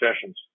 sessions